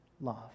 love